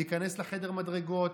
להיכנס לחדר מדרגות,